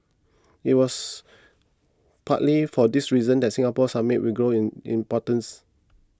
it was partly for this reason that Singapore Summit will grow in importance